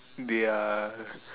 ya